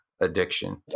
addiction